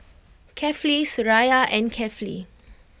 Kefli Suraya and Kefli